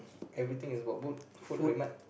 everything is about boot food RedMart